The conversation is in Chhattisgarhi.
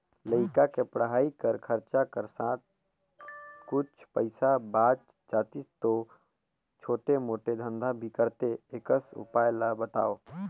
लइका के पढ़ाई कर खरचा कर साथ कुछ पईसा बाच जातिस तो छोटे मोटे धंधा भी करते एकस उपाय ला बताव?